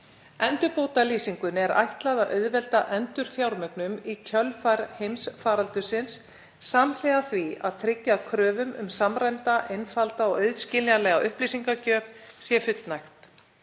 Endurbótalýsingunni er ætlað að auðvelda endurfjármögnun í kjölfar heimsfaraldursins samhliða því að tryggja að kröfum um samræmda, einfalda og auðskiljanlega upplýsingagjöf sé fullnægt.